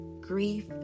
grief